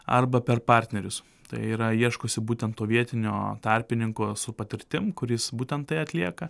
arba per partnerius tai yra ieškosi būtent to vietinio tarpininko su patirtim kuris būtent tai atlieka